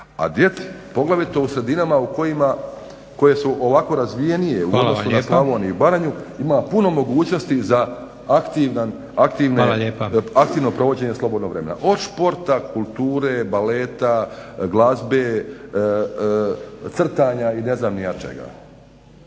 A djeci poglavito u sredinama u kojima, koje su ovako razvijenije u odnosu na Slavoniju i Baranju ima puno mogućnosti za aktivno provođenje slobodnog vremena od sporta, kulture, baleta, glazbe, crtanja i ne znam ni ja čega.